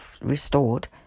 restored